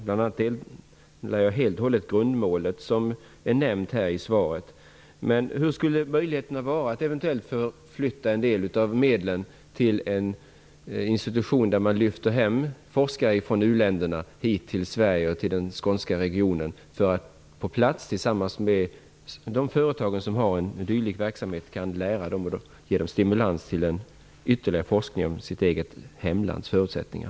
Jag delar helt och hållet grundmålet, som är nämnt här i svaret. Vad finns det för möjligheter att eventuellt använda en del av medlen till en sådan här institution? Forskare från u-länderna skulle då komma till Skåne i Sverige, och de företag som har en dylik verksamhet skulle kunna lära dem och ge dem stimulans till ytterligare forskning om deras hemländers förutsättningar.